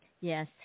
Yes